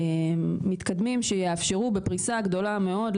מתקדמים שיאפשרו בפריסה גדולה מאוד,